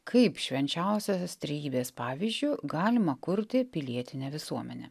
kaip švenčiausiosios trejybės pavyzdžiu galima kurti pilietinę visuomenę